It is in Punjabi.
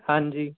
ਹਾਂਜੀ